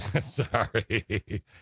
Sorry